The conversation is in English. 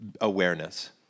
Awareness